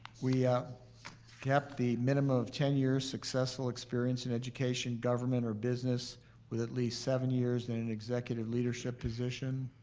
we kept the minimum of ten years successful experience in education, government or business with at least seven years in an executive leadership position.